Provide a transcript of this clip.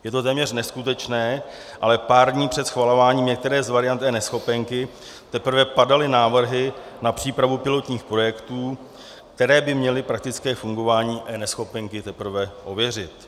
Je to téměř neskutečné, ale pár dní před schvalováním některé z variant eNeschopenky teprve padaly návrhy na přípravu pilotních projektů, které by měly praktické fungování eNeschopenky teprve ověřit.